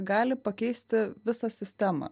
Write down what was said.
gali pakeisti visą sistemą